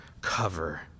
cover